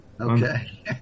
Okay